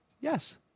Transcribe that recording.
Yes